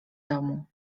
domu